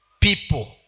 people